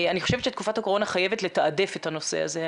אני חושבת שתקופת הקורונה חייבת לתעדף את הנושא הזה.